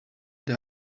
they